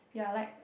yeah I like